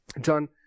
John